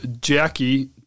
Jackie